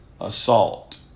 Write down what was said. assault